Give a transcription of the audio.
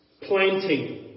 planting